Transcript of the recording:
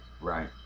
Right